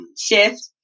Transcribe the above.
shift